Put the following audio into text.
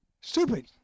Stupid